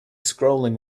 scrolling